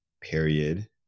period